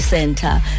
Center